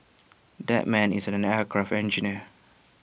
that man is an aircraft engineer